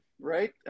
right